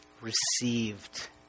received